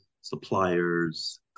suppliers